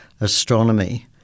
astronomy